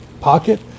Pocket